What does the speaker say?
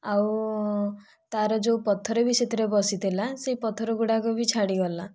ଆଉ ତା'ର ଯେଉଁ ପଥର ବି ସେଥିରେ ବସିଥିଲା ସେହି ପଥରଗୁଡ଼ିକ ବି ଛାଡ଼ିଗଲା